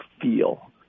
feel